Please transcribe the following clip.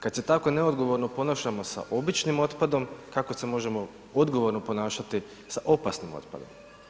Kad se tako neodgovorno ponašamo sa običnim otpadom, kako se možemo odgovorno ponašati sa opasnim otpadom?